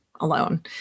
alone